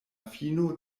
fino